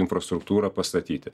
infrastruktūrą pastatyti